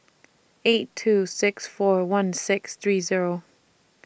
eight two six four one six three Zero